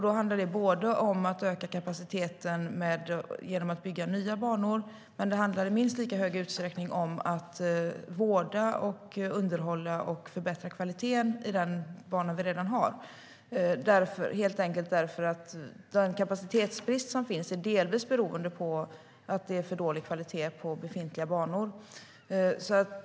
Det handlar om att öka kapaciteten genom att bygga nya banor, men i minst lika hög utsträckning om att vårda, underhålla och förbättra kvaliteten i de banor vi redan har; den kapacitetsbrist som finns beror delvis på att det är för dålig kvalitet på befintliga banor.